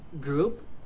group